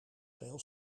veel